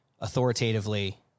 authoritatively